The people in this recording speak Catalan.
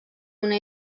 una